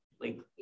like-